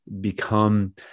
become